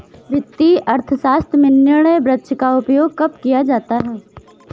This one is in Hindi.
वित्तीय अर्थशास्त्र में निर्णय वृक्ष का उपयोग कब किया जाता है?